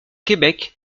québec